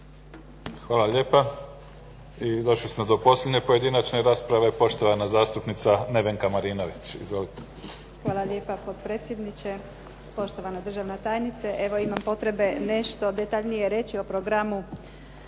Hvala lijepa. I došli smo do posljednje pojedinačne rasprave. Poštovana zastupnica Nevenka Marinović. Izvolite. **Marinović, Nevenka (HDZ)** Hvala lijepa, potpredsjedniče. Poštovana državna tajnice. Evo imam potrebe nešto detaljnije reći o programu